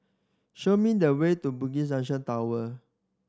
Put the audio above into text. show me the way to Bugis Junction Tower